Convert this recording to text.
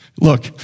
look